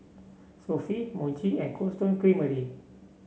Sofy Muji and Cold Stone Creamery